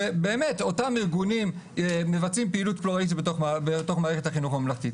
שאותם ארגונים מבצעים פעילות פלורליסטית בתוך מערכת החינוך הממלכתי.